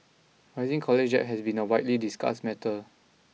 rising college has been a widely discussed matter